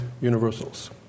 universals